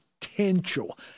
potential